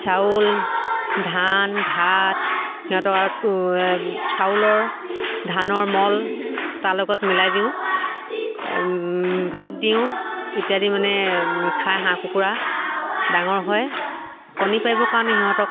চাউল ধান ভাত সিহঁতক আৰু চাউলৰ ধানৰ মল তাৰ লগত মিলাই দিওঁ ভাত দিওঁ ইত্যাদি মানে খাই হাঁহ কুকুৰা ডাঙৰ হয় কণী পাৰিব কাৰণে সিহঁতক